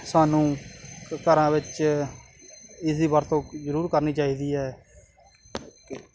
ਸਾਨੂੰ ਘਰਾਂ ਵਿੱਚ ਇਸ ਦੀ ਵਰਤੋਂ ਜ਼ਰੂਰ ਕਰਨੀ ਚਾਹੀਦੀ ਹੈ